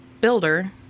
builder